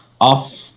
off